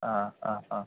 ആ ആ ആ